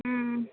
ம்